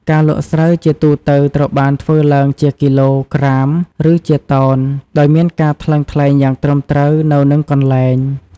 ការលក់ស្រូវជាទូទៅត្រូវបានធ្វើឡើងជាគីឡូក្រាម ឬជាតោន ដោយមានការថ្លឹងថ្លែងយ៉ាងត្រឹមត្រូវនៅនឹងកន្លែង។